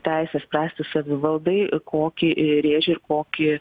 teisė spręsti savivaldai kokį rėžį ir kokį